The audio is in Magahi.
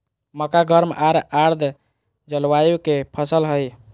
मक्का गर्म आर आर्द जलवायु के फसल हइ